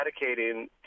eradicating